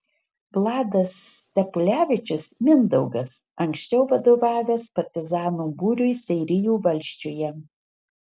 vladas stepulevičius mindaugas anksčiau vadovavęs partizanų būriui seirijų valsčiuje